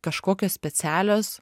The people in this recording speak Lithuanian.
kažkokios specialios